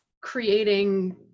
creating